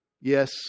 yes